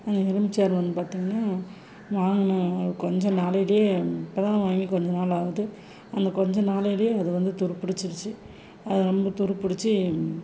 இந்த இரும்பு சேர் வந்து பார்த்திங்கன்னா வாங்கின கொஞ்சம் நாள்லையே இப்போதான் வாங்கி கொஞ்சம் நாள் ஆகுது அந்த கொஞ்சம் நாள்லையே அது வந்து துருப்புடிச்சுருச்சி அது ரொம்ப துருப்புடிச்சு